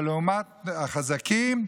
אבל לעומת החזקים,